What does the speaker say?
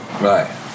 right